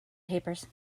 papers